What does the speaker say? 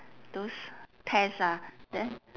those test ah then